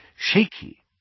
shaky